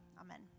Amen